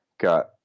Got